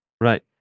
right